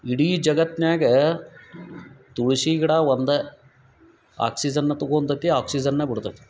ಇಡೀ ಜಗತ್ನ್ಯಾಗ ತುಳಸಿ ಗಿಡ ಒಂದು ಆಕ್ಸಿಜನ್ನ ತಗೊಂತತಿ ಆಕ್ಸಿಜನ್ನ ಬಿಡ್ತತಿ